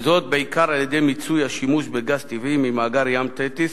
וזאת בעיקר על-ידי מיצוי השימוש בגז טבעי ממאגר "ים תטיס",